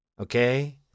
Okay